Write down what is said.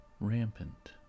Rampant